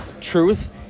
truth